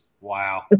Wow